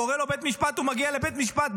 קורא לו בית משפט, הוא מגיע לבית משפט.